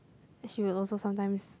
then she will also sometimes